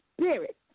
spirit